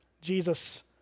Jesus